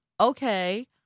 okay